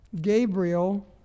Gabriel